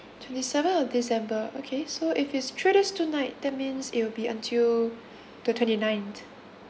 twenty seventh of december okay so if it's three days two night that means it will be until the twenty ninth